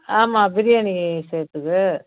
ஆமாம் பிரியாணி செய்யறத்துக்கு